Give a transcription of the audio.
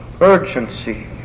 urgency